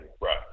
Right